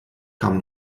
kamen